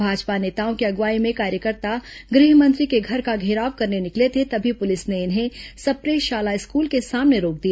भाजपा नेताओं की अगुवाई में कार्यकर्ता गृह मंत्री के घर का घेराव करने निकले थे तभी पुलिस ने इन्हें सप्रे शाला स्कूल के सामने रोक दिया